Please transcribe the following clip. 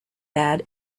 bad